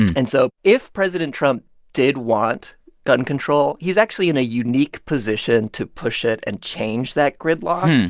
and so if president trump did want gun control, he's actually in a unique position to push it and change that gridlock.